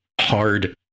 hard